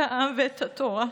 את העם ואת התורה,